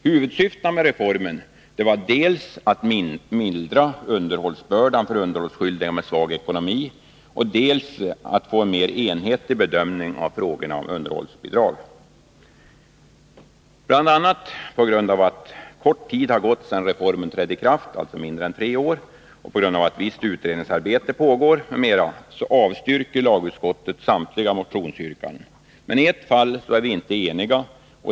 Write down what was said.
Huvudsyftena med reformen var dels att mildra underhållsbördan för underhållsskyldiga med svag ekonomi, dels att få en mer enhetlig bedömning av frågorna om underhållsbidrag. Bl. a på grund av att kort tid har gått sedan reformen trätt i kraft — alltså mindre än tre år — och på grund av att visst utredningsarbete pågår m.m. avstyrker lagutskottet samtliga motionsyrkanden. Iett fall är vi dock inte eniga.